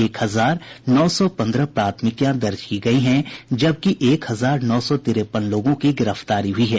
एक हजार नौ सौ प्राथमिकियां दर्ज की गयी हैं जबकि एक हजार नौ सौ तिरेपन लोगों की गिरफ्तारी हुई है